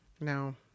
No